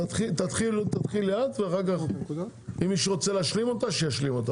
תתחילי את ואחר כך אם מישהו רוצה להשלים, שישלים.